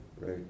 right